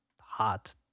hot